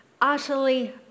utterly